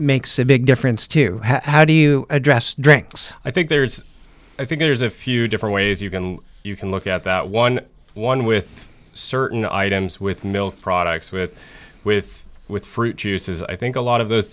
makes a big difference to how do you address drinks i think there is i think there's a few different ways you can you can look at that eleven with certain items with milk products with with with fruit juices i think a lot of those